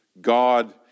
God